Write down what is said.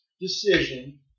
decision